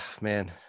man